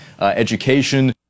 education